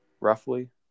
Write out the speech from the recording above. Roughly